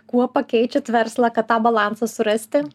kuo pakeičiat verslą kad tą balansą surasti